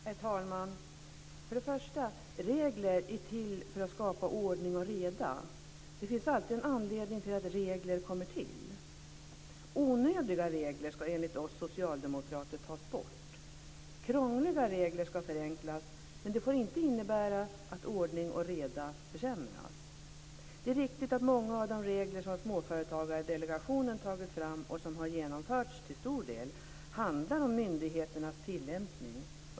Herr talman! Först vill jag säga att regler är till för att skapa ordning och reda. Det finns alltid en anledning till att regler skapas. Onödiga regler ska enligt oss socialdemokrater tas bort. Krångliga regler ska förenklas, men det får inte innebära att ordning och reda försämras. Det är riktigt att många av de regler som Småföretagsdelegationen tagit fram, och som har genomförts till stor del, handlar om myndigheternas tillämpning.